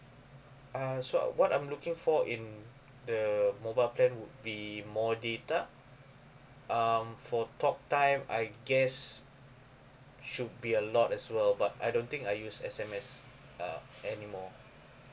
uh so what I'm looking for in the mobile plan would be more data um for talk time I guess should be a lot as well but I don't think I use S_M_S uh anymore